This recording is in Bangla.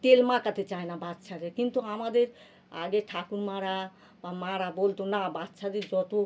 তেল মাখাতে চায় না বাচ্চাদের কিন্তু আমাদের আগে ঠাকুমারা বা মারা বলতো না বাচ্চাদের যতো